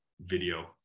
video